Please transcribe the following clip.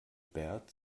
bert